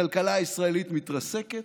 הכלכלה הישראלית מתרסקת,